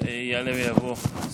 יעלה ויבוא.